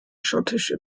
schottische